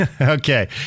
Okay